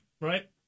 right